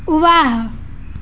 वाह